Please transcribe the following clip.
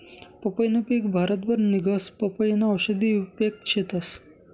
पंपईनं पिक भारतभर निंघस, पपयीना औषधी उपेग शेतस